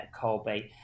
Colby